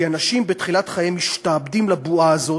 כי אנשים בתחילת חייהם משתעבדים לבועה הזאת,